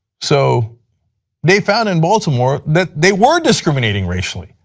so they found in baltimore that they were discriminating racially.